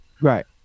Right